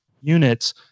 units